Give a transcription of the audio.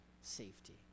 safety